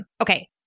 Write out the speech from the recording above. Okay